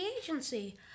agency